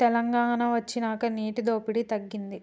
తెలంగాణ వొచ్చినాక నీటి దోపిడి తగ్గింది